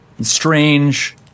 strange